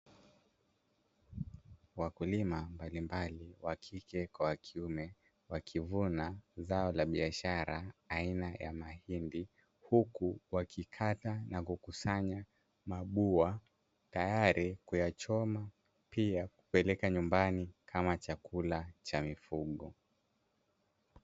Wakulima mbalimbali wa kike kwa kiume wakivuna zao la biashara aina ya mahindi, huku wakikata na kukusanya mabua tayari kuyachoma pia kupeleka nyumbani kama chakula cha mifugo.